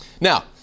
Now